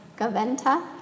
Gaventa